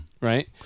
Right